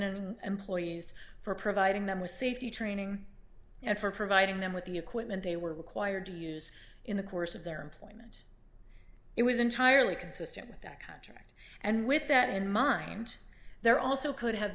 and employees for providing them with safety training and for providing them with the equipment they were required to use in the course of their employment it was entirely consistent with that contract and with that in mind there also could have